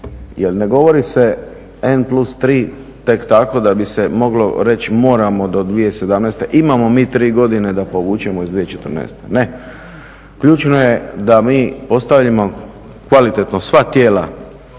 jer ne govori se n+3 tek tako da bi se moglo reći moramo do 2017., imamo mi 3 godine da povučemo iz 2014. Ne, ključno je da mi postavimo kvalitetno sva tijela